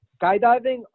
skydiving